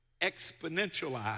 exponentialize